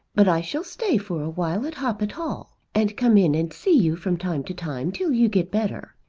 but i shall stay for a while at hoppet hall, and come in and see you from time to time till you get better.